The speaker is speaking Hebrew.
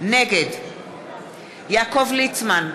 נגד יעקב ליצמן,